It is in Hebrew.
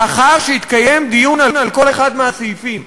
לאחר שהתקיים דיון על כל אחד מהסעיפים.